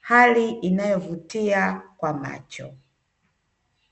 hali inayovutia kwa macho.